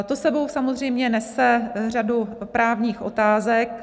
To s sebou samozřejmě nese řadu právních otázek.